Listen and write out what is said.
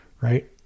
Right